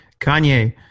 Kanye